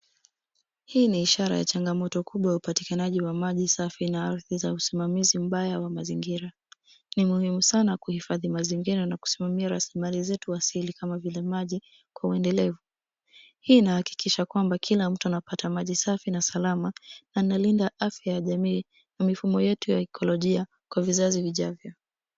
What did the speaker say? Hii ni ishara ya changamoto kubwa ya upatikanaji wa maji safi na ardhi za usimamizi mbaya wa mazingira. Ni muhimu sana kuhifadhi mazingira na kusimamia rasilimali zetu asili kama vile maji kwa uendelevu. Hii inahakikisha kwamba kila mtu anapata maji safi na salama na analinda afya ya jamii na mifumo yetu ya ekolojia kwa vizazi vijavyo.